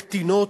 קטינות?